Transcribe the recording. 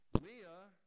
Leah